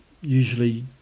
usually